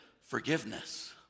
forgiveness